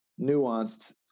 nuanced